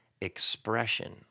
expression